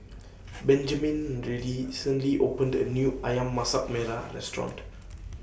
Benjamin really recently opened A New Ayam Masak Melah Restaurant